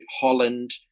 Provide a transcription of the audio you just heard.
Holland